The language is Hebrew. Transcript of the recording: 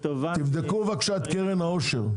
תבדקו בבקשה את קרן העושר,